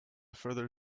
further